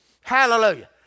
Hallelujah